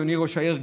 אדוני ראש העירייה,